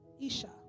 Isha